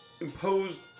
imposed